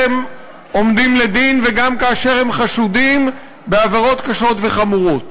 הם עומדים לדין וגם כאשר הם חשודים בעבירות קשות וחמורות.